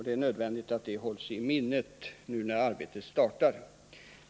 Det är nödvändigt att det hålls i minnet nu när arbetet startar.